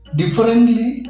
differently